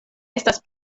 estas